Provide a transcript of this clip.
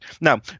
Now